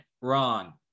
wrong